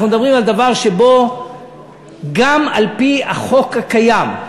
אנחנו מדברים על דבר שבו גם על-פי החוק הקיים,